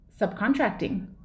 subcontracting